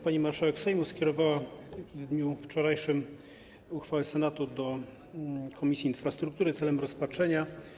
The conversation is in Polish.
Pani marszałek Sejmu skierowała w dniu wczorajszym uchwałę Senatu do Komisji Infrastruktury celem rozpatrzenia.